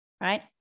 right